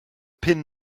pin